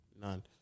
None